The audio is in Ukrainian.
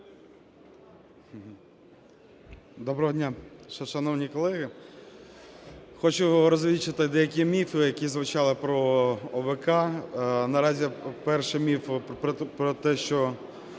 Доброго дня, шановні колеги! Хочу розвінчати деякі міфи, які звучали про ОВК. Наразі перший міф про те, що